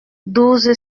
douze